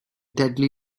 deadly